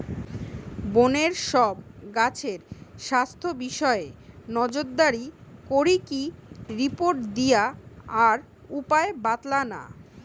বনের সব গাছের স্বাস্থ্য বিষয়ে নজরদারি করিকি রিপোর্ট দিয়া আর উপায় বাৎলানা